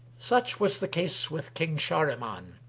such was the case with king shahriman